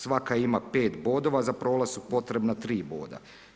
Svaka ima 5 bodova, za prolaz su potrebna 3 boda.